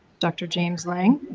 dr. james lang,